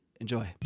Enjoy